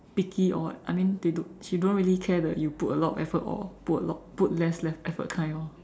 picky or I mean they don't she don't really care the you put a lot of effort or put a lot put less less effort kind orh